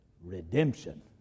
redemption